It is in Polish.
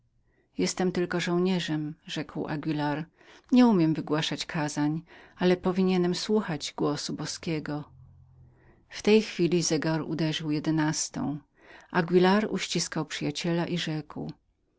jestem tylko żołnierzem rzekł anguilar nieumiem mówić z ambony ale powinienem słuchać głosu boskiego w tej chwili zegar uderzył jedenastą anguilar uściskał przyjaciela i rzekł